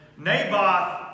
Naboth